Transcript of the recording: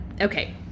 Okay